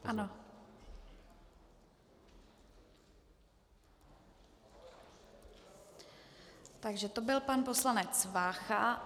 Ano, takže to byl pan poslanec Vácha.